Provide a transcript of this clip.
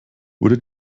wurde